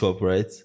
right